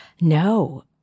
No